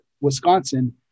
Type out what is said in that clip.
Wisconsin